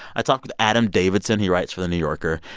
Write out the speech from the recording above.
i talked with adam davidson. he writes for the new yorker.